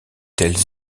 telles